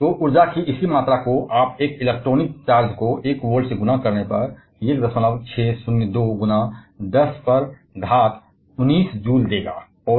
तो ऊर्जा की इसी मात्रा को आप एक इलेक्ट्रॉनिक चार्ज से 1 गुणा गुणा करके 1602 को 10 में घटाकर माइनस 19 जूल की शक्ति तक ले जाएंगे